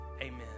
Amen